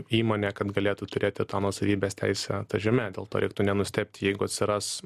įmonė kad galėtų turėti tą nuosavybės teisę ta žeme dėl to reiktų nenustebt jeigu atsiras